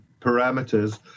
parameters